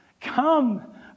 come